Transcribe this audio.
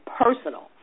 personal